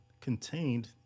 contained